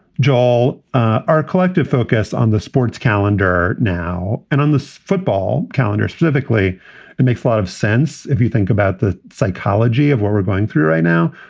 joel, our collective focus on the sports calendar now and on the football calendar specifically and makes a lot of sense. if you think about the psychology of what we're going through right now,